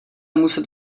muset